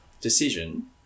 decision